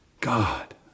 God